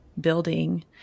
building